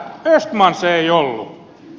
östman se ei ollut